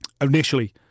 Initially